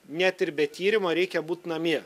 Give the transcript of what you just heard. net ir be tyrimo reikia būt namie